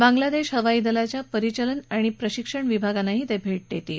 बांग्लादेश हवाई दलाच्या परिचालन आणि प्रशिक्षण विभागांनाही ते भेट देतील